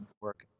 work